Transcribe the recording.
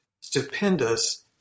stupendous